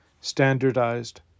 standardized